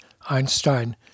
Einstein